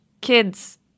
kids